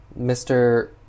Mr